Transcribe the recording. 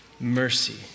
mercy